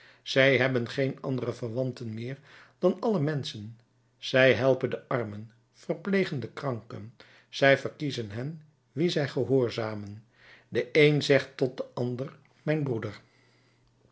zij hebben geen andere verwanten meer dan alle menschen zij helpen de armen verplegen de kranken zij verkiezen hen wien zij gehoorzamen de een zegt tot den ander mijn broeder